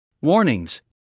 Warnings